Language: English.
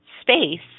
space